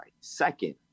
Second